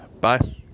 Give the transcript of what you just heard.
bye